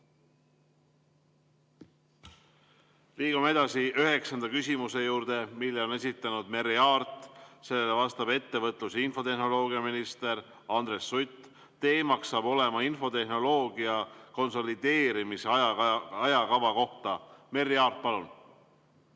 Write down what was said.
Liigume edasi üheksanda küsimuse juurde, mille on esitanud Merry Aart. Sellele vastab ettevõtlus‑ ja infotehnoloogiaminister Andres Sutt. Teemaks on infotehnoloogia konsolideerimise ajakava. Merry Aart, palun!